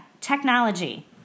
Technology